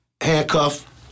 handcuff